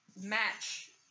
match